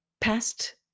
past